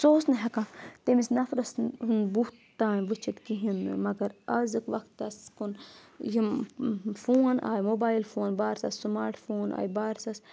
سُہ اوس نہٕ ہیٚکان تٔمِس نَفرَس بُتھ تانۍ وٕچھِتھ کِہیٖنۍ نہٕ مگر أزیُک وَقتَس کُن یِم فون آے موبایِل فون بارسَس سُماٹ فون آے بارسس